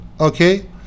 Okay